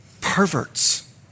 Perverts